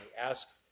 ask